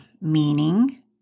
meaning